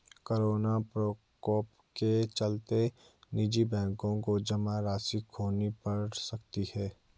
corona प्रकोप के चलते निजी बैंकों को जमा राशि खोनी पढ़ सकती है